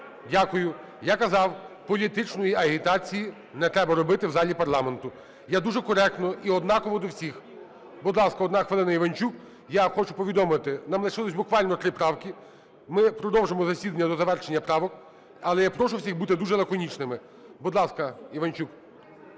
Дякую. Я казав: політичної агітації не треба робити в залі парламенту. Я дуже коректно і однаково до всіх. Будь ласка, одна хвилина, Іванчук. Я хочу повідомити нам лишилось буквально три правки. Ми продовжимо засідання до завершення правок. Але я прошу всіх бути дуже лаконічними. Будь ласка, Іванчук.